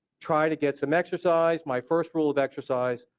try to get some exercise. my first rule of exercise,